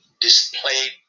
displayed